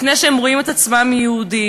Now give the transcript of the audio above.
לפני שהם רואים את עצמם יהודים.